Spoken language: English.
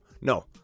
No